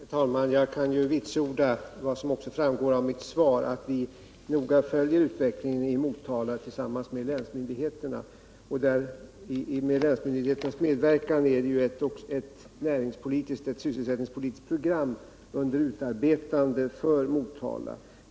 Herr talman! Jag kan vitsorda — vilket också framgår av mitt svar — att vi noga följer utvecklingen i Motala tillsammans med länsmyndigheterna. Och med länsmyndigheternas medverkan är ett näringspolitiskt och sysselsättningspolitiskt program för Motala under utarbetande.